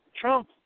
Trump